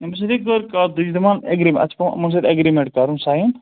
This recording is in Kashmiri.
أمِس سۭتۍ ہے کٔر کَتھ یہِ چھِ دَپان اٮ۪گریٖمےٚ اَتھ چھِ پٮ۪وان یِمَن سۭتۍ اٮ۪گریٖمٮ۪نٛٹ کَرُن ساین